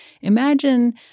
Imagine